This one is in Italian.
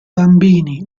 bambini